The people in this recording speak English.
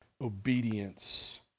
obedience